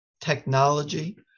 technology